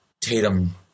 Tatum